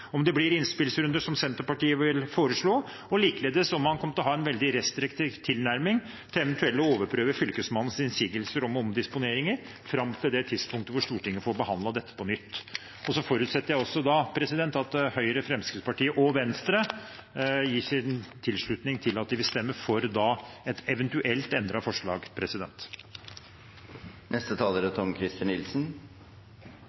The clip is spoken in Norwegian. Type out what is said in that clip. om det blir innspillsrunder, som Senterpartiet vil foreslå, og, likeledes, om han kommer til å ha en veldig restriktiv tilnærming til eventuelt å overprøve Fylkesmannens innsigelser mot omdisponeringer fram til det tidspunktet da Stortinget får behandlet dette på nytt. Jeg forutsetter at også Høyre, Fremskrittspartiet og Venstre da gir sin tilslutning til og vil stemme for et eventuelt endret forslag.